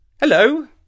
Hello